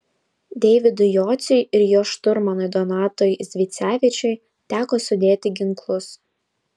deividui jociui ir jo šturmanui donatui zvicevičiui teko sudėti ginklus